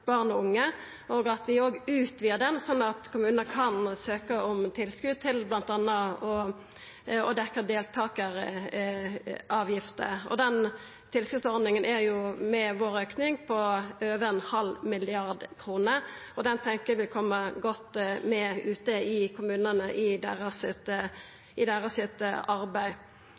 barn og unge, og at vi òg utvidar denne slik at kommunar kan søkja om tilskot til bl.a. å dekkja deltakaravgifter, og den tilskotsordninga er, med vår auke, på over ein halv milliard kroner. Det tenkjer eg vil koma godt med ute i kommunane i deira arbeid. Når det gjeld å kjempa mot fattigdom, er vi i